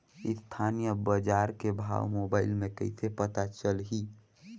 स्थानीय बजार के भाव मोबाइल मे कइसे पता चलही?